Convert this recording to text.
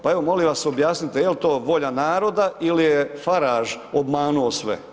Pa evo, molim vas objasnite, jel to volja naroda ili je Faraž obmanuo sve?